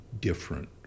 different